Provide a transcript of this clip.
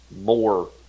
more